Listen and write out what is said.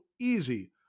easy